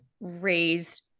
raised